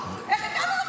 הרי לא מעניינת אותה